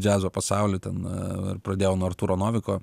džiazo pasaulį ten ir pradėjau nuo artūro noviko